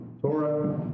Torah